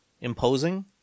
imposing